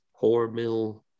Hormill